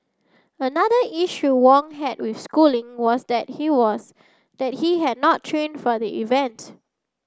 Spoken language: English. another issue Wong had with Schooling was that he was that he had not trained for the event